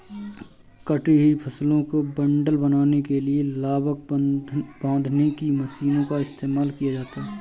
कटी हुई फसलों के बंडल बनाने के लिए लावक बांधने की मशीनों का इस्तेमाल किया जाता है